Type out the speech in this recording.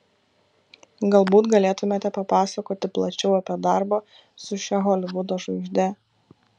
galbūt galėtumėte papasakoti plačiau apie darbą su šia holivudo žvaigžde